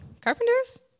carpenters